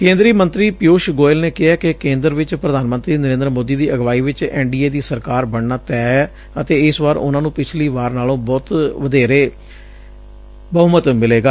ਕੇਦਰੀ ਮੰਤਰੀ ਪੀਉਸ਼ ਗੋਇਲ ਨੇ ਕਿਹੈ ਕਿ ਕੇਦਰ ਵਿਚ ਪ੍ਰਧਾਨ ਮੰਤਰੀ ਨਰੇਦਰ ਮੋਦੀ ਦੀ ਅਗਵਾਈ ਚ ਐਨ ਡੀ ਏ ਦੀ ਸਰਕਾਰ ਬਣਨਾ ਤੈਅ ਏ ਅਤੇ ਇਸ ਵਾਰ ਉਨਾਂ ਨੂੰ ਪਿਛਲੀ ਵਾਰ ਨਾਲੋਂ ਵਧੇਰੇ ਬਹੁਮਤ ਮਿਲੇਗਾ